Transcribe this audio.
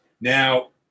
Now